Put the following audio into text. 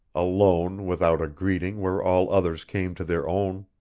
alone without a greeting where all others came to their own.